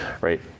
right